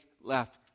left